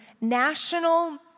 National